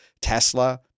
Tesla